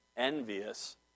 Envious